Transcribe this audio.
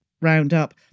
roundup